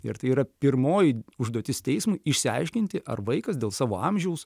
ir tai yra pirmoji užduotis teismui išsiaiškinti ar vaikas dėl savo amžiaus